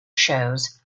shows